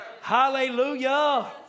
Hallelujah